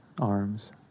arms